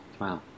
wow